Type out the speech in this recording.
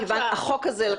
שהחוק הזה,